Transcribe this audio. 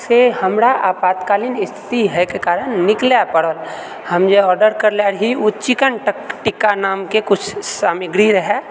सँ हमरा आपातकालीन स्थिति होएके कारण निकलै पड़ल हम जे ऑर्डर करले रहि ओ चिकन टिक्का नामके किछु सामग्री रहए